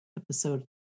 episode